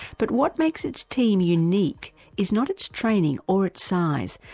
but what makes its team unique is not its training or its size,